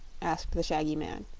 asked the shaggy man.